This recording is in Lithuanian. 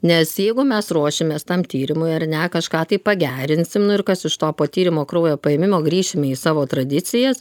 nes jeigu mes ruošimės tam tyrimui ar ne kažką tai pagerinsim nu ir kas iš to po tyrimo kraujo paėmimo grįšim į savo tradicijas